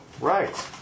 Right